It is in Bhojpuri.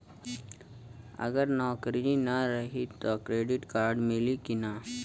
अगर नौकरीन रही त क्रेडिट कार्ड मिली कि ना?